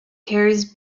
carries